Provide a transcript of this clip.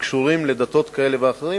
שקשורים לדתות כאלה ואחרות.